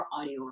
audio